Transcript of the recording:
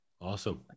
awesome